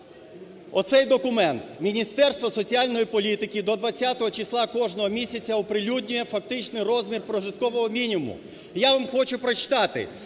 оцей документ. Міністерство соціальної політики до 20 числа кожного місяця оприлюднює фактичний розмір прожиткового мінімуму. І я вам хочу прочитати,